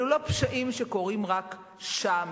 אלו לא פשעים שקורים רק שם,